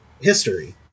history